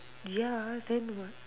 ya then what